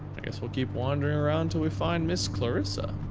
i guess we'll keep wondering around till we find ms clarissa.